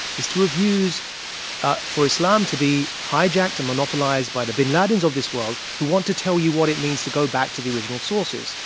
is to refuse ah for islam to be hijacked and monopolized by the bin ladens of this world who want to tell you what it means to go back to the original sources.